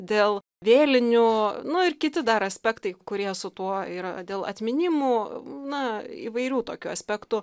dėl vėlinių nu ir kiti dar aspektai kurie su tuo yra dėl atminimų na įvairių tokių aspektų